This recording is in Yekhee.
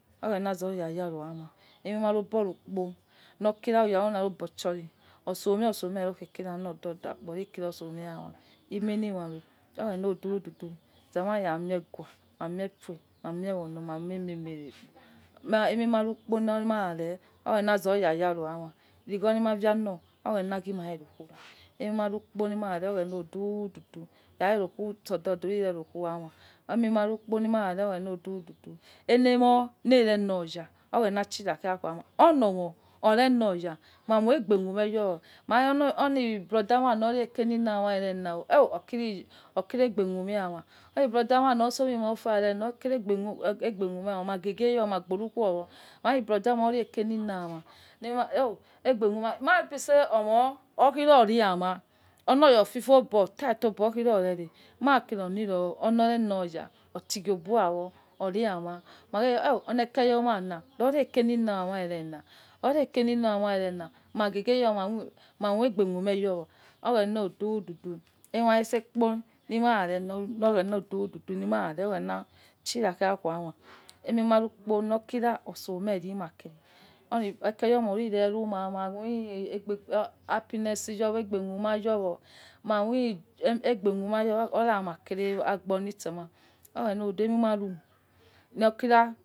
Oghena zoya yaro ama aimie ma ro'obo rukpo lokira ikhala robo chiri oseme osome loghie kira lododa kpo ore kisi oseme aima ime lima ru oghena odududu zama yamie ghua, mamie fia mamie walo ma mie fia mamie walo ma mie rere kpo emi ma oukpo mare oghena goya yaro alma iya lima yolo oghena ghima rero khura emi ma akpo mare oghena odududu aile mole re loya oghena chire yakhu oma elemo aire loya ma moi gbe khume yo, brother ma leke lilema erena oh okiri egbe kluema. Orni brother na osume meofa ikioigbe khuema, maghe yowo magbo urugwo, ma, kho oroi brother na no rekeli la ama ougbe khuma ma bi so owo okioi ehmi oloya ofifi obo or tight obo okha yorere maikere orni yo oyore loya otighobo loya aima maghe kho oh oleke yoma la, ireke lina ama irena ireke lina aina irena ma moi aigbe khumie yowo oghena odududu aima itse kpo lima re lima re lo oghena odududu, oghena chira yakho aima. Aima rukpo no kira osemeh ni ma kere ekeyoma urere luma okiri happiness aigbe khuma yowo aigbe khuma yowo ora makere ougbo lisema lokira.